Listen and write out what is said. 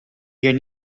hier